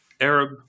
Arab